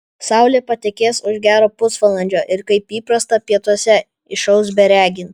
saulė patekės už gero pusvalandžio ir kaip įprasta pietuose išauš beregint